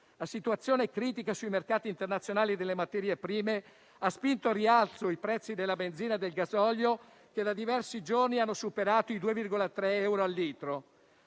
La situazione critica sui mercati internazionali delle materie prime ha spinto al rialzo i prezzi della benzina e del gasolio che, da diversi giorni, hanno superato i 2,3 euro al litro.